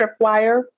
tripwire